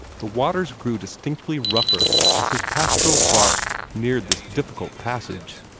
the waters grew distinctly rougher as his pastoral bark neared this difficult passage.